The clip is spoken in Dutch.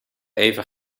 even